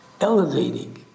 elevating